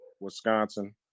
Wisconsin